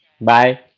Bye